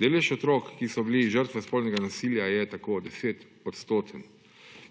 Delež otrok, ki so bili žrtve spolnega nasilja, je tako 10-odstoten.